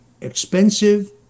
expensive